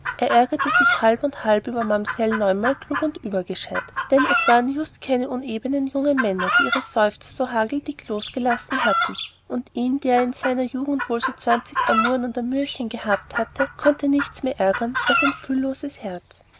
er ärgerte sich halb und halb über mamsell neunmalklug und übergescheit denn es waren just keine unebenen jungen männer die ihre seufzer so hageldick losgelassen hatten und ihn der in seiner jugend wohl so zwanzig amouren und amürchen gehabt hatte konnte nichts mehr ärgern als ein fühlloses herz